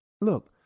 Look